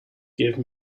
give